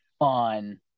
on